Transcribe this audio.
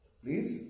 please